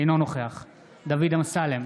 אינו נוכח דוד אמסלם,